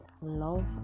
love